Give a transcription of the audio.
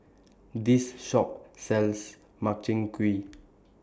This Shop sells Makchang Gui